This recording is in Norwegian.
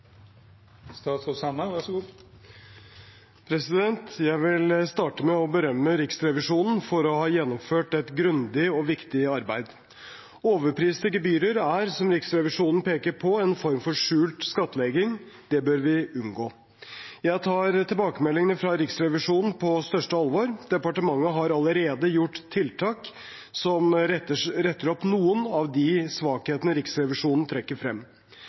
Jeg vil starte med å berømme Riksrevisjonen for å ha gjennomført et grundig og viktig arbeid. Overpriste gebyrer er, som Riksrevisjonen peker på, en form for skjult skattlegging. Det bør vi unngå. Jeg tar tilbakemeldingene fra Riksrevisjonen på største alvor. Departementet har allerede gjort tiltak som retter opp noen av de svakhetene Riksrevisjonen trekker frem.